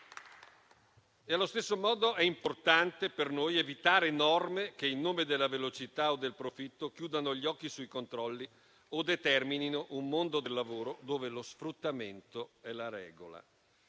Allo stesso modo, è importante per noi evitare norme che, in nome della velocità o del profitto, chiudano gli occhi sui controlli o determinino un mondo del lavoro dove lo sfruttamento è la regola.